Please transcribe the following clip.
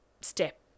step